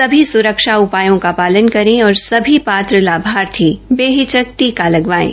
सभी सूरक्षा उपायों का पालन करें और सभी पात्र लाभार्थी बेहिचक टीका लगवाएं